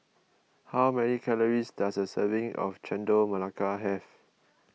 how many calories does a serving of Chendol Melaka have